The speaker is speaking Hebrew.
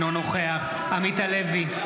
אינו נוכח עמית הלוי,